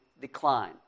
decline